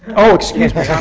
oh, excuse me!